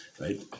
right